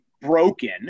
broken